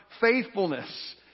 faithfulness